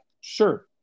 sure